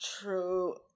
true